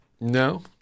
No